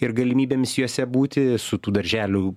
ir galimybėms juose būti su tų darželių